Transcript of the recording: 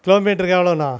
கிலோமீட்டருக்கு எவ்வளோண்ணா